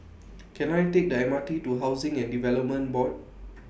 Can I Take The M R T to Housing and Development Board